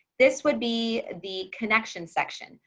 this would be the connection section.